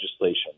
legislation